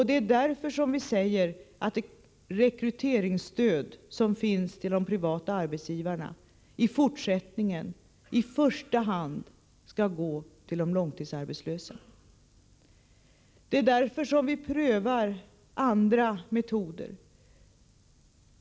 Det är därför som vi föreslår att rekryteringsstödet till de privata arbetsgivarna i fortsättningen i första hand skall gå till de långtidsarbetslösa. Det är därför som vi prövar andra metoder.